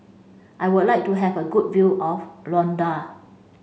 I would like to have a good view of Luanda